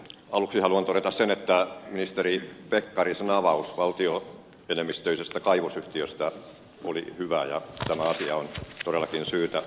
aluksi haluan todeta sen että ministeri pekkarisen avaus valtioenemmistöisestä kaivosyhtiöstä oli hyvä ja tämä asia on todellakin syytä selvittää